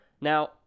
Now